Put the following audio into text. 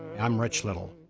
i'm rich little.